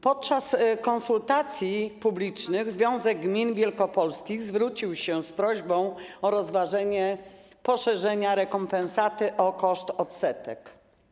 Podczas konsultacji publicznych związek gmin wielkopolskich zwrócił się z prośbą o rozważenie możliwości poszerzenia rekompensaty o koszt odsetek.